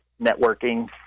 networking